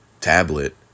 tablet